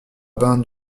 bain